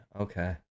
Okay